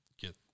get